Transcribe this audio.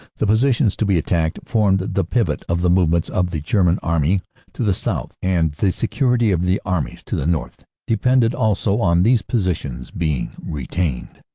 the positions to be attacked formed the pivot of the movements of the german army to the south, and the security of the armies to the north depended also on these positions being retained.